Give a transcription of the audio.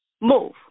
move